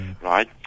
right